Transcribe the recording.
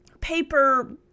paper